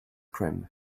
cream